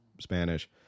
Spanish